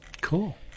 cool